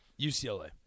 UCLA